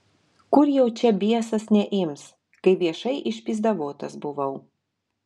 kur jau čia biesas neims kai viešai išpyzdavotas buvau